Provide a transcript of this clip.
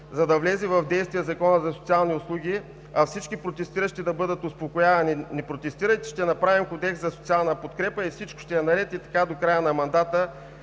за да влезе в действие Законът за социалните услуги, а всички протестиращи да бъдат успокоявани: „Не протестирайте, ще направим Кодекс за социална подкрепа и всичко ще е наред“, и така до края на мандата